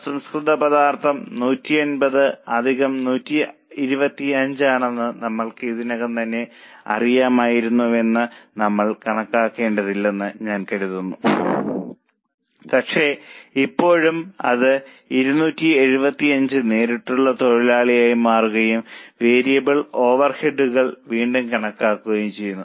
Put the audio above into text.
അസംസ്കൃത പദാർത്ഥം 150 അധികം 125 ആണെന്ന് നമ്മൾക്ക് ഇതിനകം തന്നെ അറിയാമായിരുന്നുവെന്ന് നമ്മൾ കണക്കാക്കേണ്ടതില്ലെന്ന് ഞാൻ കരുതുന്നു പക്ഷേ ഇപ്പോഴും അത് 275 നേരിട്ടുള്ള തൊഴിലായി മാറുകയും വേരിയബിൾ ഓവർഹെഡുകൾ വീണ്ടും കണക്കാക്കുകയും ചെയ്തു